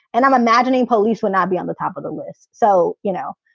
and i'm imagining police will not be on the top of the list. so, you know,